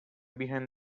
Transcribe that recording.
behind